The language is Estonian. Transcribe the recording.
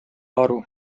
aru